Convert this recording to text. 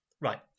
Right